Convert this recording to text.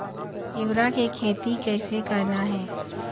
तिऊरा के खेती कइसे करना हे?